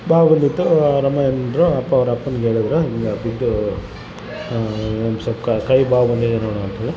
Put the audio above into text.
ಬಾವು ಬಂದಿತ್ತು ಅವರಮ್ಮ ಅಂದರು ಅಪ್ಪ ಅವ್ರ ಅಪ್ಪಂಗೆ ಹೇಳಿದ್ರು ಹಿಂಗೆ ಬಿದ್ದೂ ಒಂದು ಸ್ವಲ್ಪ ಕ ಕೈ ಬಾವು ಬಂದಿದೆ ನೋಡು ಅಂತೇಳಿ